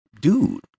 dude